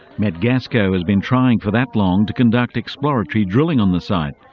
metgasco has been trying for that long to conduct exploratory drilling on the site,